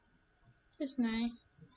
that's nice